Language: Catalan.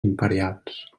imperials